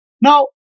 Now